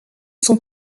son